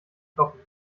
stoppen